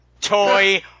toy